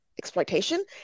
exploitation